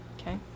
Okay